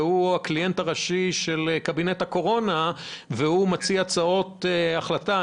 שהוא הקליינט הראשי של קבינט הקורונה והוא מציע הצעות החלטה.